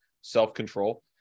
self-control